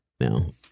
Now